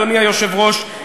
אדוני היושב-ראש,